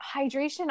hydration